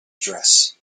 address